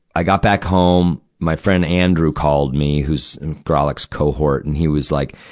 i got back home. my friend, andrew, called me, who's in grawlix's cohort. and he was like,